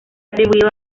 atribuido